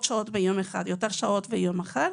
שיעבוד פחות שעות ביום אחד ויותר שעות ביום אחר,